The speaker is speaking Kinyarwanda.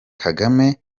kagame